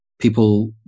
people